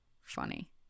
funny